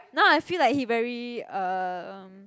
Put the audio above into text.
now I feel like he very um